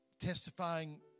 testifying